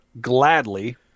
gladly